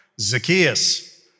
Zacchaeus